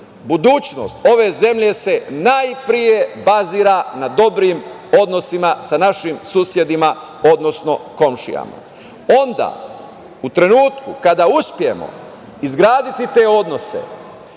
budućnost ove zemlje se najpre bazira na dobrim odnosima sa našim susedima, odnosno komšijama.U trenutku kada uspemo izgraditi te odnose